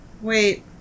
Wait